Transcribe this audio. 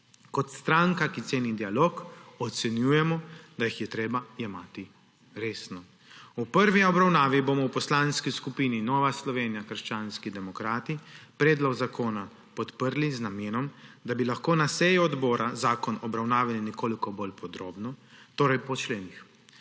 Kot stranka, ki ceni dialog, ocenjujemo, da jih je treba jemati resno. V prvi obravnavi bomo v Poslanski skupini Nova Slovenija – krščanski demokrati predlog zakona podprli z namenom, da bi lahko na seji odbora zakon obravnavali nekoliko bolj podrobno, torej po členih.